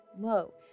low